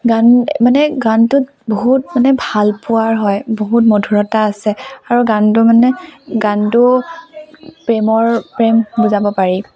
গান মানে গানটোত বহুত মানে ভালপোৱাৰ হয় বহুত মধুৰতা আছে আৰু গানটো মানে গানটো প্ৰেমৰ প্ৰেম বুজাব পাৰি